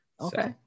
Okay